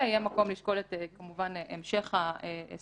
יהיה מקום לשקול כמובן את המשך ההסדר.